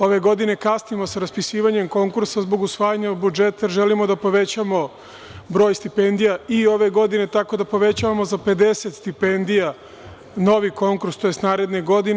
Ove godine kasnimo sa raspisivanjem konkursa zbog usvajanja budžeta, jer želimo da povećamo broj stipendija i ove godine, tako da povećavamo za 50 stipendija novi konkurs, tj. naredne godine.